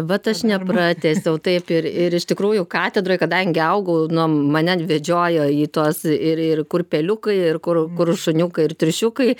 vat aš nepratęsiau taip ir ir iš tikrųjų katedroj kadangi augau mane vedžiojo į tuos ir ir kur peliukai ir kur kur šuniukai ir triušiukai